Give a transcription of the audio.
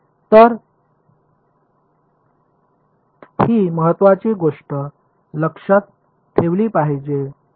तर ही महत्त्वाची गोष्ट आपण लक्षात ठेवली पाहिजे